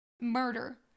Murder